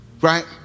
right